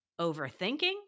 Overthinking